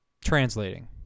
translating